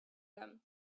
them